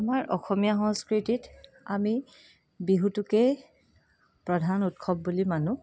আমাৰ অসমীয়া সংস্কৃতিত আমি বিহুটোকে প্ৰধান উৎসৱ বুলি মানো